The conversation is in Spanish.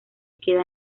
queda